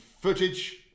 footage